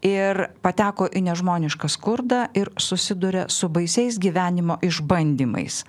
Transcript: ir pateko į nežmonišką skurdą ir susiduria su baisiais gyvenimo išbandymais